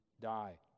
die